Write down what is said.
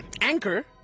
Anchor